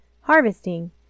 harvesting